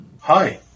Hi